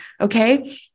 Okay